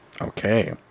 Okay